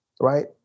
right